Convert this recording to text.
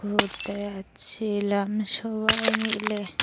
ঘুরতে যাচ্ছিলাম সবাই মিলে